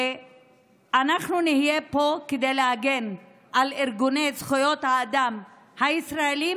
ואנחנו נהיה פה כדי להגן על ארגוני זכויות האדם הישראליים